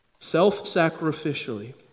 Self-sacrificially